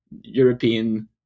European